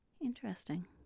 Interesting